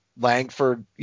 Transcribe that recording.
Langford